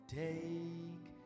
take